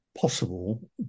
possible